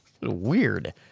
Weird